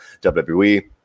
WWE